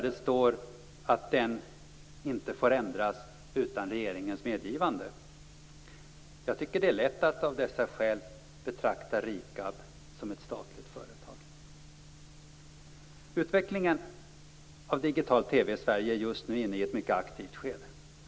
Det står att denna inte får ändras utan regeringens medgivande. Jag tycker att det är lätt att av dessa skäl betrakta Utvecklingen av digital TV i Sverige är just nu inne i ett mycket aktivt skede.